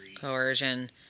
Coercion